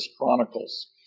Chronicles